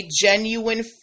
genuine